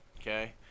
okay